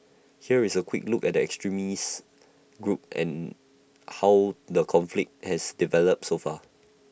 here is A quick look at the extremist group and how the conflict has developed so far